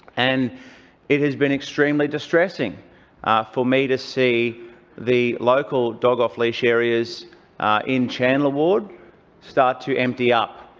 and it has been extremely distressing for me to see the local dog off-leash areas in chandler ward start to empty up.